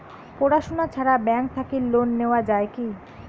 পড়াশুনা ছাড়া ব্যাংক থাকি লোন নেওয়া যায় কি?